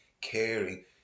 caring